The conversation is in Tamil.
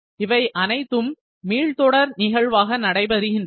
இவை அனைத்தும் மீள் தொடர் நிகழ்வாக நடைபெறுகின்றன